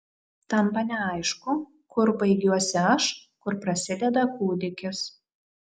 tampa neaišku kur baigiuosi aš kur prasideda kūdikis